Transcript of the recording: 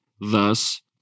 Thus